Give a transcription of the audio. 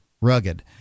rugged